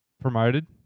Promoted